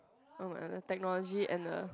technology and the